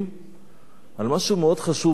על משהו מאוד חשוב, ושהוא במהותנו.